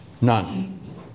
None